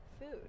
food